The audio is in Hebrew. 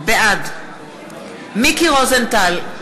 בעד מיקי רוזנטל,